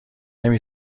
نمی